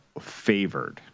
favored